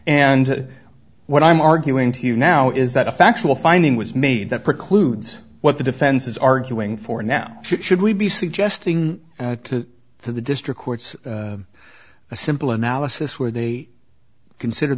and what i'm arguing to you now is that a factual finding was made that precludes what the defense is arguing for now should we be suggesting for the district courts a simple analysis where they consider